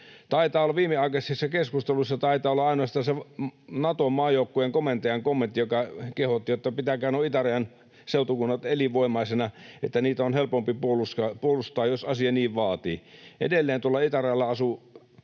nojaan? Viimeaikaisissa keskusteluissa taitaa olla ainoastaan sen Naton maajoukkojen komentajan kommentti, joka kehotti, että pitäkää nuo itärajan seutukunnat elinvoimaisina, että niitä on helpompi puolustaa, jos asia niin vaatii. Edelleen tuolla itärajalla asuu